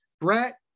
Brett